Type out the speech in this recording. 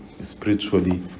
spiritually